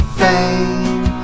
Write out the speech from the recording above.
fame